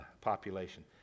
population